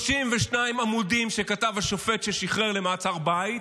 32 עמודים שכתב השופט ששחרר למעצר בית,